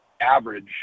average